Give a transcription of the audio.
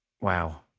wow